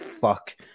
fuck